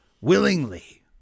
willingly